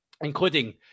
including